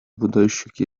обладающих